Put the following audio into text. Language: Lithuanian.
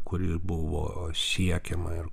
kur ir buvo siekiama ir